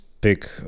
pick